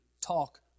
talk